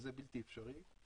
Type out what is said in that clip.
וזה בלתי אפשרי.